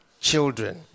children